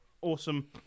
awesome